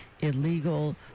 illegal